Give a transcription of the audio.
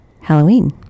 Halloween